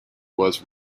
was